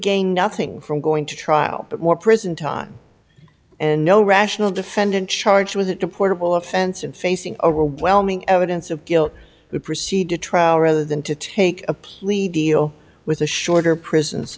gain nothing from going to trial but more prison time and no rational defendant charged with it deportable offense in facing overwhelming evidence of guilt to proceed to trial rather than to take a plea deal with a shorter prison